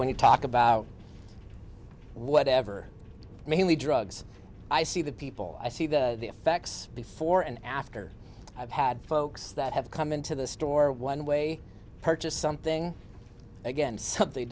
when you talk about whatever mainly drugs i see the people i see the effects before and after i've had folks that have come into the store one way purchase something again something